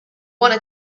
wanna